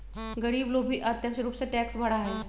गरीब लोग भी अप्रत्यक्ष रूप से टैक्स भरा हई